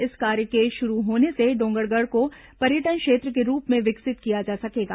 इस कार्य के शुरू होने से डोंगरगढ़ को पर्यटन क्षेत्र के रूप में विकसित किया जा सकेगा